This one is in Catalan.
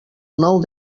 nou